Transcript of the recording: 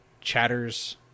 chatters